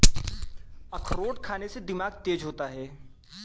अखरोट खाने से दिमाग तेज होता है